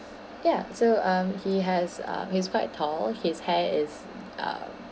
ya so um he has um he's quite tall his hair is uh